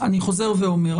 אני חוזר ואומר,